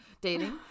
dating